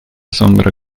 sombra